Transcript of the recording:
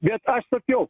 bet aš sakiau